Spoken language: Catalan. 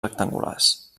rectangulars